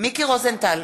מיקי רוזנטל,